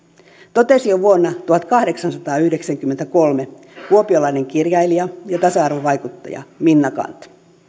totesi jo vuonna tuhatkahdeksansataayhdeksänkymmentäkolme kuopiolainen kirjailija ja tasa arvovaikuttaja minna canth